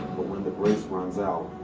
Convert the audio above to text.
but when the grace runs out,